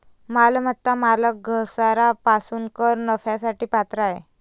मालमत्ता मालक घसारा पासून कर नफ्यासाठी पात्र आहे